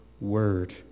Word